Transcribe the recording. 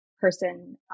person